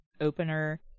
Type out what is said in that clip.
opener